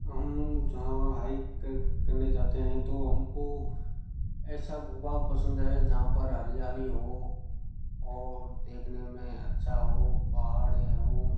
हम जहाँ हाइक क करने जाते हैं तो हमको ऐसा भू भाग पसंद है जहाँ पर हरियाली हो और देखने में अच्छा हो पहाड़ें हो